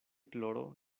ploro